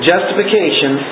Justification